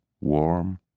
warm